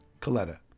Coletta